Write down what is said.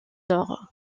nord